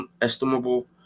estimable